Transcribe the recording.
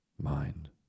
Mind